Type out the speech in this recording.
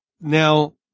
Now